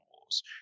wars